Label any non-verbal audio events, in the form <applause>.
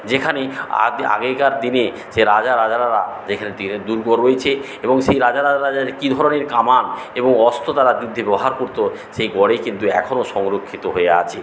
যেখানে আগে আগেকার দিনে সে রাজারাজরারা <unintelligible> দুর্গ রয়েছে এবং সেই রাজারাজরারা কী ধরনের কামান এবং অস্ত্র তারা যুদ্ধে ব্যবহার করত সেই গড়েই কিন্তু এখনো সংরক্ষিত হয়ে আছে